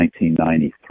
1993